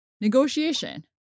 negotiation